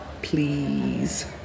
Please